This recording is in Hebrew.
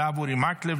הרב אורי מקלב,